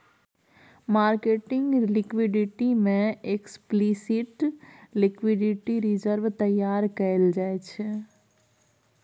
marketing liquidity में explicit liquidity reserve तैयार कएल जाइ छै